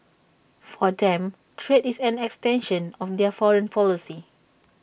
for them trade is an extension of their foreign policy